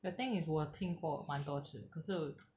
the thing is 我有听过蛮多次可是